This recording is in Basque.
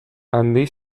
handi